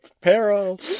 peril